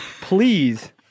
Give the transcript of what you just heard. Please